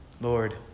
Lord